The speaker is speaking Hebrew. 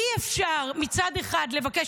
אי-אפשר מצד אחד לבקש,